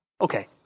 Okay